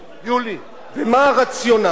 ומה הרציונל?